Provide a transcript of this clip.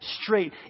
straight